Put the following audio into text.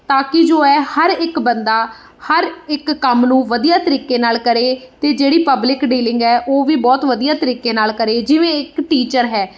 ਤਾਂ ਕਿ ਜੋ ਹੈ ਹਰ ਇੱਕ ਬੰਦਾ ਹਰ ਇੱਕ ਕੰਮ ਨੂੰ ਵਧੀਆ ਤਰੀਕੇ ਨਾਲ ਕਰੇ ਤੇ ਜਿਹੜੀ ਪਬਲਿਕ ਡੀਲਿੰਗ ਹੈ ਉਹ ਵੀ ਬਹੁਤ ਵਧੀਆ ਤਰੀਕੇ ਨਾਲ ਕਰੇ ਜਿਵੇਂ ਇੱਕ ਟੀਚਰ ਹੈ